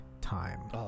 time